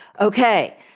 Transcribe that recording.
Okay